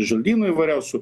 žolynų įvairiausių